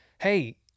hey